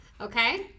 Okay